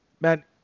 man